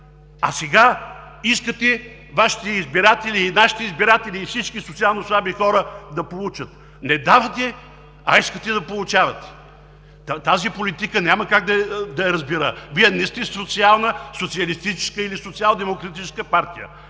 А сега искате Вашите избиратели, нашите избиратели и всички социално слаби хора да получат. Не давате, а искате да получавате! Тази политика няма как да я разбера. Вие не сте социална, социалистическа или социалдемократическа партия.